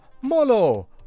molo